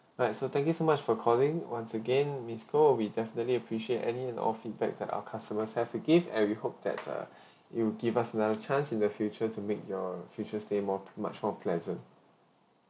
alright so thank so much for calling once again miss koh we definitely appreciate any and all feedback that our customers have give and we hope that uh you'll give us another chance in the future to make your future stay more much more pleasant